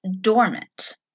dormant